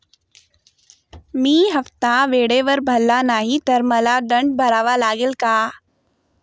मी हफ्ता वेळेवर भरला नाही तर मला दंड भरावा लागेल का?